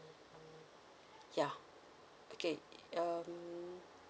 ya okay um